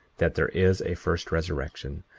that there is a first resurrection,